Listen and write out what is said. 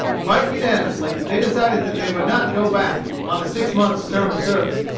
quite unanimously they decided that they would not go back on a six-months term of service,